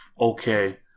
okay